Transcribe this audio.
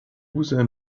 user